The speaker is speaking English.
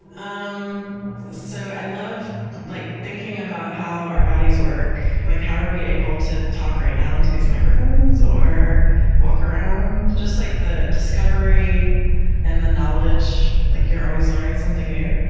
um so i love like thinking about how our bodies work, like how are we able to talk right now into these microphones, or walk around, just like the discovery and the knowledge. like you're always learning something new.